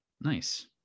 nice